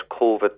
COVID